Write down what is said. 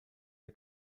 der